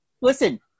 Listen